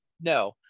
No